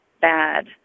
bad